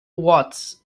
watts